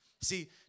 See